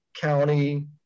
county